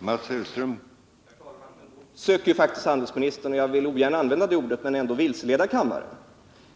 Herr talman! Nu försöker faktiskt handelsministern vilseleda — jag vill ogärna använda det ordet - kammaren.